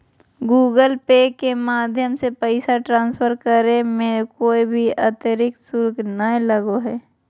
Google Pay के माध्यम से पैसा ट्रांसफर करे मे कोय भी अतरिक्त शुल्क नय लगो हय